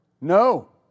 No